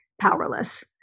powerless